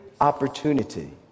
opportunity